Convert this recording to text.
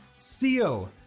seal